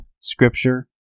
Scripture